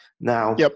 Now